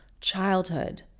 childhood